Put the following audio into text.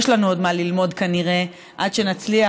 יש לנו עוד מה ללמוד כנראה עד שנצליח,